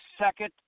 second